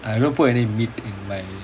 I will put any meat in my